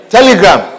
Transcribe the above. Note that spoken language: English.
Telegram